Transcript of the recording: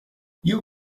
you